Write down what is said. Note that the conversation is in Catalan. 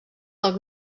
del